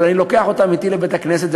אבל אני לוקח אותם אתי לבית-הכנסת,